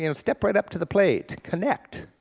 you know step right up to the plate, connect.